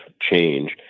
change